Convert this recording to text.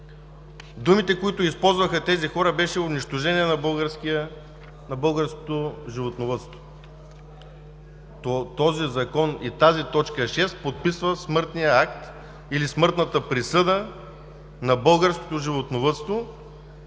Думите, които използваха тези хора, бяха: „унищожение на българското животновъдство“, „този закон и тази т. 6 подписват смъртния акт или смъртната присъда на българското животновъдство“.